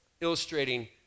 illustrating